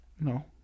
No